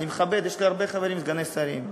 אני מכבד, יש לי הרבה חברים שהם סגני שרים.